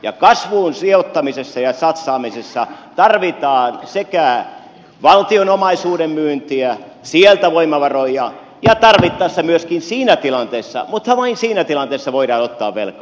ja kasvuun sijoittamisessa ja satsaamisessa tarvitaan sekä valtion omaisuuden myyntiä sieltä voimavaroja että tarvittaessa siinä tilanteessa mutta vain siinä tilanteessa voidaan ottaa velkaa